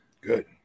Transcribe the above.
Good